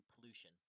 pollution